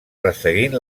resseguint